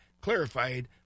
clarified